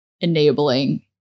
enabling